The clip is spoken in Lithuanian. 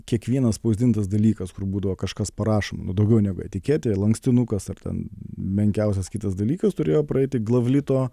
kiekvienas spausdintas dalykas kur būdavo kažkas parašoma nu daugiau negu etiketėje lankstinukas ar ten menkiausias kitas dalykas turėjo praeiti glavlito